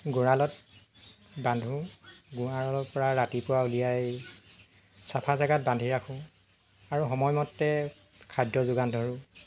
গঁড়ালত বান্ধো গঁৰালৰ পৰা ৰাতিপুৱা উলিয়াই চাফা জেগাত বান্ধি ৰাখো আৰু সময়মতে খাদ্য যোগান ধৰো